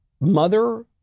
Mother